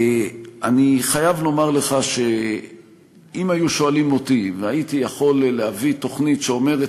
אני חייב לומר לך שאם היו שואלים אותי והייתי יכול להביא תוכנית שאומרת